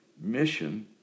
Mission